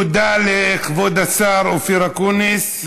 תודה לכבוד השר אופיר אקוניס.